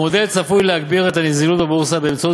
המודל צפוי להגביר את הנזילות בבורסה באמצעות